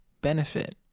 benefit